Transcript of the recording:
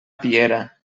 piera